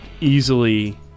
easily